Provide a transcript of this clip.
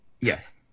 Yes